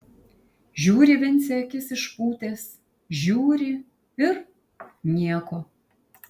žiūri vincė akis išpūtęs žiūri ir nieko